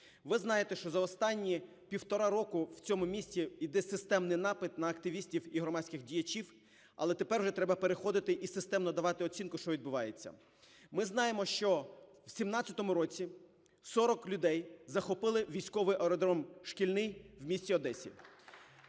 Ви знаєте, що за останні півтора року в цьому місті іде системний напад на активістів і громадських діячів, але тепер уже треба переходити і системно давати оцінку, що відбувається. Ми знаємо, що в 2017 році 40 людей захопили військовий аеродром "Шкільний" в місті Одесі.